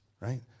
right